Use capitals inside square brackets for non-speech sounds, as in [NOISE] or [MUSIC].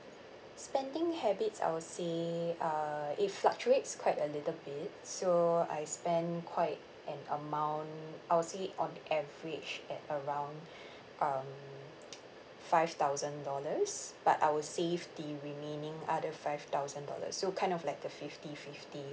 spending habits I will say uh it fluctuates quite a little bit so I spend quite an amount I would say on average at around um [NOISE] five thousand dollars but I will save the remaining other five thousand dollars so kind of like the fifty fifty